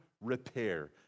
repair